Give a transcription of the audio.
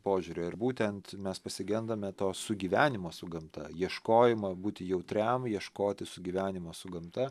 požiūrio ir būtent mes pasigendame to sugyvenimo su gamta ieškojimo būti jautriam ieškoti sugyvenimo su gamta